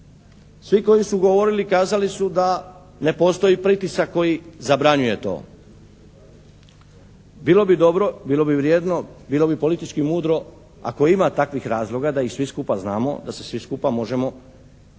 Svi koji su govorili kazali su da ne postoji pritisak koji zabranjuje to. Bilo bi dobro, bilo bi vrijedno, bilo bi politički mudro ako ima takvih razloga da ih svi skupa znamo, da se svi skupa možemo pokušati